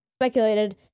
Speculated